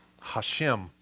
Hashem